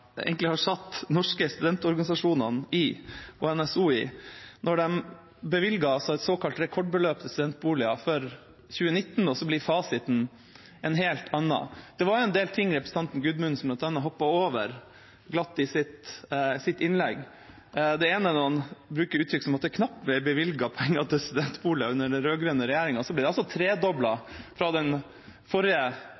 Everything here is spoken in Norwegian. egentlig har satt de norske studentorganisasjonene og NSO i når de bevilger et såkalt rekordbeløp til studentboliger for 2019, og så blir fasiten en helt annen. Det var en del ting representanten Gudmundsen hoppet glatt over i sitt innlegg. Det ene er når han sier det knapt ble bevilget penger til studentboliger under den rød-grønne regjeringa, mens det altså